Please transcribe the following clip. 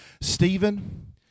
Stephen